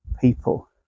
people